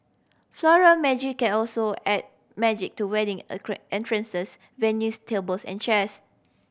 Floral Magic can also add magic to wedding entrances venues tables and chairs